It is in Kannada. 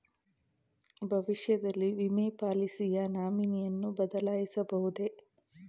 ಭವಿಷ್ಯದಲ್ಲಿ ವಿಮೆ ಪಾಲಿಸಿಯ ನಾಮಿನಿಯನ್ನು ಬದಲಾಯಿಸಬಹುದೇ?